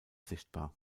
sichtbar